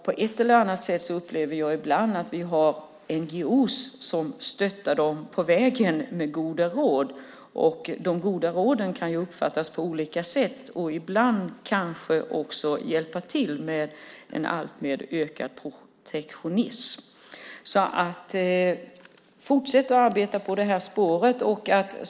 På ett eller annat sätt upplever jag ibland att vi har NGO:er som stöttar dem på vägen med goda råd, men att de goda råden kan uppfattas på olika sätt och ibland kanske också bidrar till en ökad protektionism. Fortsätt att arbeta på det här spåret!